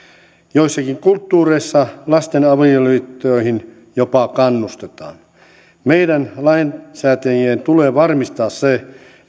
joissakin kulttuureissa lasten avioliittoihin jopa kannustetaan meidän lainsäätäjien tulee varmistaa se